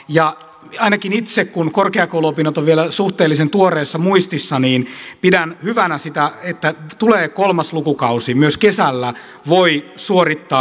ja ainakin itse kun korkeakouluopinnot ovat vielä suhteellisen tuoreessa muistissa pidän hyvänä sitä että tulee kolmas lukukausi myös kesällä voi suorittaa yliopisto opintoja